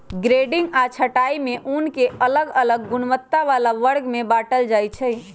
grading आऽ छँटाई में ऊन के अलग अलग गुणवत्ता बला वर्ग में बाटल जाइ छइ